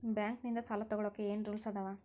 Bank ನಿಂದ್ ಸಾಲ ತೊಗೋಳಕ್ಕೆ ಏನ್ ರೂಲ್ಸ್ ಅದಾವ?